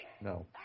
No